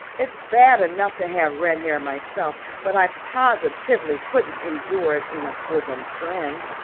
it's bad enough to have red hair myself, but i positively couldn't endure it in a bosom friend.